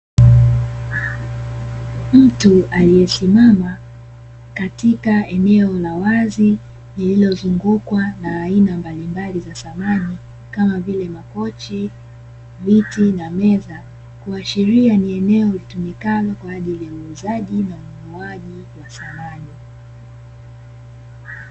Mtu aliyesimama katika eneo la wazi, lililozungukwa na aina mbalimbali za samani kama vile makochi, viti na meza; kuashiria ni eneo litumikalo kwa ajili ya uuzaji na ununuaji wa samani.